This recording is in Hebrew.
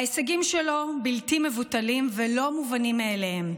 ההישגים שלו בלתי מבוטלים ולא מובנים מאליהם.